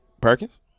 Perkins